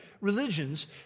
religions